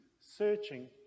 searching